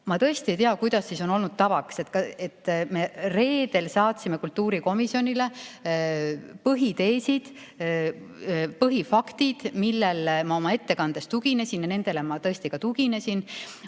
Ma tõesti ei tea, kuidas on olnud tavaks. Reedel saatsime kultuurikomisjonile põhiteesid, põhifaktid, millele ma oma ettekandes tuginen, ja nendele ma tõesti ka tuginesin.